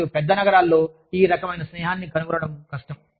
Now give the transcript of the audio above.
మరియు పెద్ద నగరాల్లో ఈ రకమైన స్నేహాన్ని కనుగొనడం కష్టం